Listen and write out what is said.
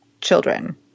children